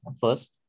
first